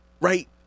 Right